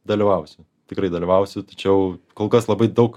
dalyvausiu tikrai dalyvausiu tačiau kol kas labai daug